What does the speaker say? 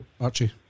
Archie